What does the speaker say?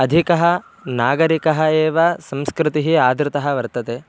अधिकः नागरिकः एव संस्कृतिः आदृतः वर्तते